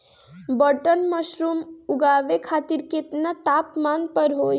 Button mushroom उगावे खातिर केतना तापमान पर होई?